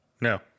No